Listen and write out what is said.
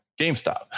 GameStop